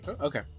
Okay